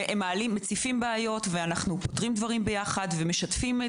--- הם מעלים בעיות ואנחנו פותרים דברים ביחד ומשתפים.